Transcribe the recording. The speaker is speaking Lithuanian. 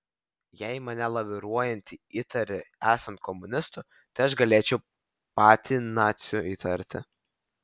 jei mane laviruojantį įtari esant komunistu tai aš galėčiau patį naciu įtarti